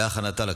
מי בעד?